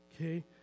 Okay